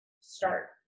start